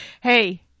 Hey